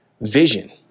vision